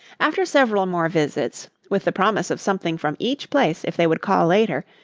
after several more visits, with the promise of something from each place if they would call later,